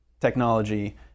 technology